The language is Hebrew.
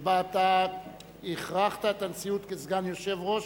שבה אתה הכרחת את הנשיאות, כסגן יושב-ראש,